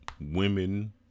women